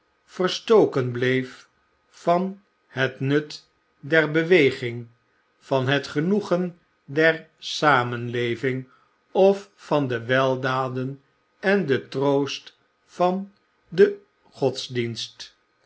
verstoken bleef van het nut der beweging van het genoegen der samenleving of van de weldaden en den troost van den godsdienst